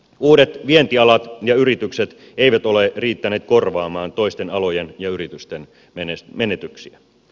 uudet vientialat ja yritykset eivät ole riittäneet korvaamaan toisten alojen ja yritysten menetyksiä